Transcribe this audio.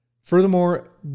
Furthermore